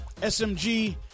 SMG